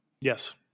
Yes